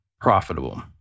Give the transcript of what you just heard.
profitable